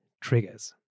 triggers